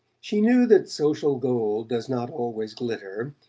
she knew that social gold does not always glitter,